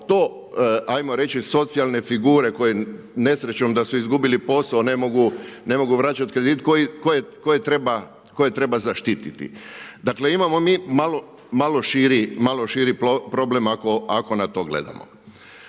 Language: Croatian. to ajmo reći socijalne figure koje nesrećom da su izgubili posao ne mogu vraćati kredit koje treba zaštiti. Dakle imamo mi malo širi problem ako na to gledamo.